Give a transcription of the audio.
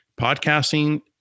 Podcasting